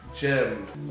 gems